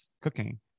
cooking